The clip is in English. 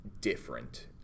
different